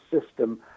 system